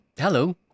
Hello